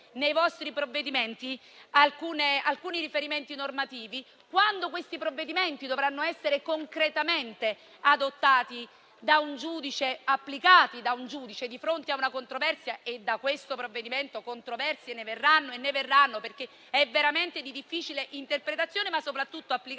nei vostri provvedimenti alcuni riferimenti normativi, quando questi provvedimenti dovranno essere concretamente adottati e applicati da un giudice di fronte a una controversia - e da questo provvedimento scaturiranno controversie, perché è veramente di difficile interpretazione, ma soprattutto applicazione